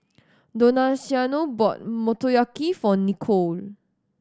Donaciano bought Motoyaki for Nichole